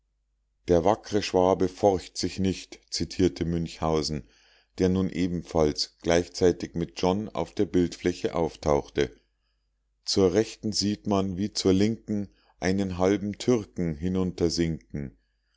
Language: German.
der wackre schwabe forcht sich nit zitierte münchhausen der nun ebenfalls gleichzeitig mit john auf der bildfläche auftauchte zur rechten sieht man wie zur linken einen halben türken